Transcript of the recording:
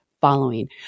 following